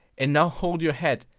and now hold your hat,